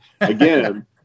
again